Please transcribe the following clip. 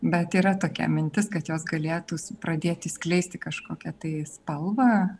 bet yra tokia mintis kad jos galėtų pradėti skleisti kažkokią tai spalvą